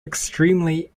extremely